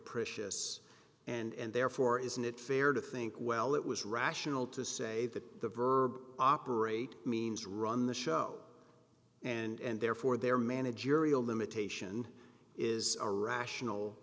capricious and therefore isn't it fair to think well it was rational to say that the verb operate means run the show and therefore there managerial limitation is a rational